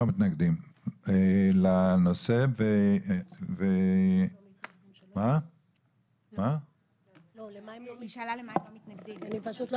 שאלת אותה